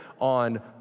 on